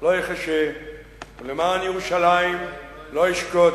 לא אחשה ולמען ירושלים לא אשקוט,